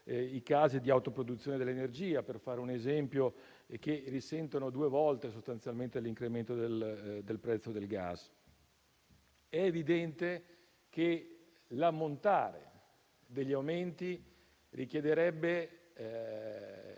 i casi di autoproduzione dell'energia - per fare un esempio - che sostanzialmente risentono due volte l'incremento del prezzo del gas. È evidente che l'ammontare degli aumenti richiederebbe